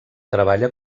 treballa